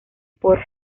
por